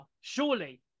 Surely